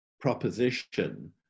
proposition